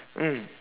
mm